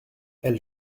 elle